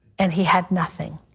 and he had nothing.